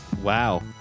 wow